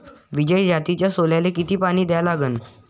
विजय जातीच्या सोल्याले किती पानी द्या लागन?